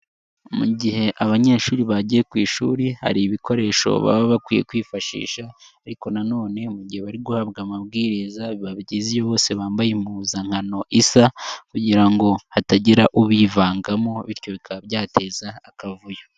Mu gihe abanyeshuri bagiye ku ishuri hari ibikoresho baba bakwiye kwifashisha, ariko nanone mu gihe bari guhabwa amabwiriza biba byiza iyo bose bambaye impuzankano isa kugira ngo hatagira ubivangamo bityo bikaba byateza akavuyo.